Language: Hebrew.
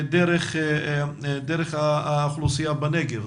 דרך האוכלוסייה בנגב.